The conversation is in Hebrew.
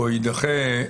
פה יידחה,